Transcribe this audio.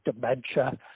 dementia